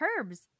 herbs